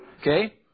Okay